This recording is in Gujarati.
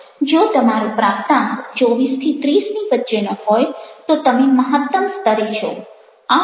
જો તમારો પ્રાપ્તાંક 24 30 ની વચ્ચેનો હોય તો તમે મહત્તમ સ્તરે છો